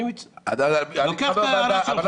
אני לוקח את הערה שלך.